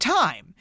time